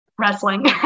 Wrestling